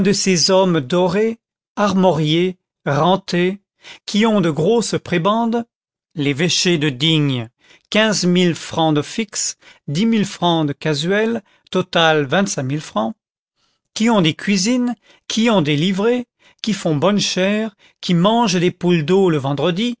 ces hommes dorés armoriés rentés qui ont de grosses prébendes lévêché de digne quinze mille francs de fixe dix mille francs de casuel total vingt-cinq mille francs qui ont des cuisines qui ont des livrées qui font bonne chère qui mangent des poules d'eau le vendredi